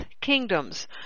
kingdoms